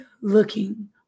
looking